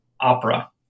opera